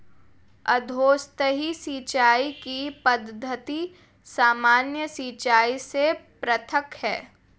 अधोसतही सिंचाई की पद्धति सामान्य सिंचाई से पृथक है